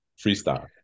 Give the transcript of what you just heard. freestyle